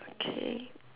okay